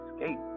escape